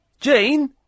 Jean